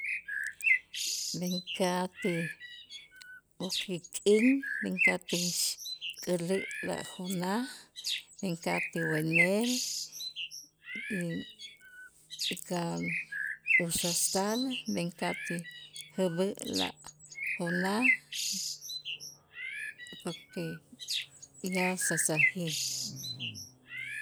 Mecate okek'in mecate k'älu' lajunaj mecate wenel mmm- ka' usastal jäb'äla juna porque ya sasajij